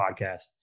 Podcast